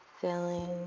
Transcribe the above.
filling